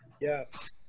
Yes